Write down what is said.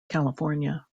california